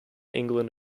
england